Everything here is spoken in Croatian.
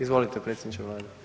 Izvolite predsjedniče Vlade.